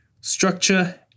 structure